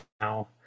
now